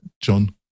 John